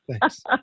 Thanks